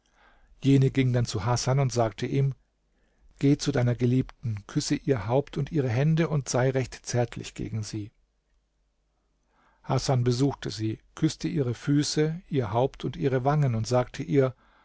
jene ging dann zu hasan und sagte ihm geh zu deiner geliebten küsse ihr haupt und ihre hände und sei recht zärtlich gegen sie hasan besuchte sie küßte ihre füße ihr haupt und ihre wangen und sagte ihr